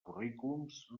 currículums